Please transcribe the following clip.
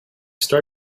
start